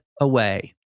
away